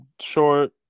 short